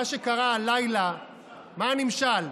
הנמשל?